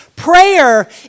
Prayer